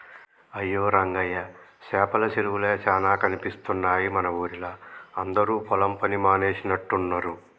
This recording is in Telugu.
అయ్యో రంగయ్య సేపల సెరువులే చానా కనిపిస్తున్నాయి మన ఊరిలా అందరు పొలం పని మానేసినట్టున్నరు